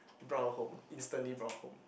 we brought her home instantly brought her home